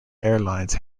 airlines